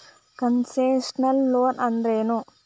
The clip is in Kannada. ಕನ್ಸೆಷನಲ್ ಲೊನ್ ಅಂದ್ರೇನು?